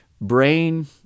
brain